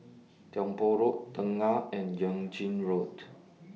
Tiong Poh Road Tengah and Yuan Ching Road